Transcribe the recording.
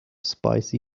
spicy